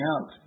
out